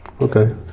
Okay